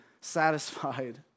satisfied